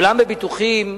ואולם, בביטוחים